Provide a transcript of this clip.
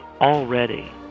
already